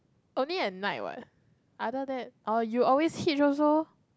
only at night what other that or you always hitch also